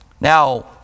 Now